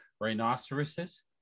rhinoceroses